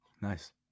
Nice